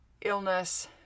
illness